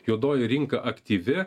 juodoji rinka aktyvi